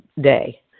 day